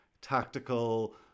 tactical